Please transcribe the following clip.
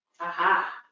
Aha